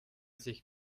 sich